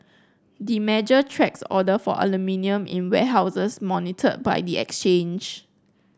the measure tracks order for aluminium in warehouses monitored by the exchange